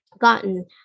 gotten